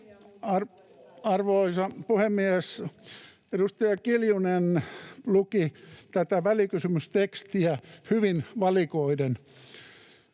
Arvoisa puhemies! Edustaja Kiljunen luki tätä välikysymystekstiä hyvin valikoiden.